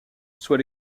soit